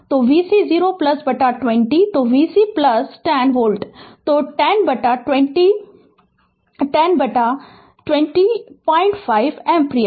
तो vc 0 बटा 20 तो vc 0 10 वोल्ट है तो 10 बटा 205 एम्पीयर